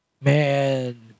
man